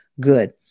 Good